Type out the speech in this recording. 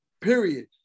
period